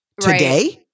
today-